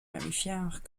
mammifères